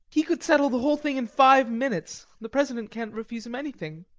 he could settle the whole thing in five minutes. the president can't refuse him anything.